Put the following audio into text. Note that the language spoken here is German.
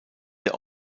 der